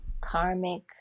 karmic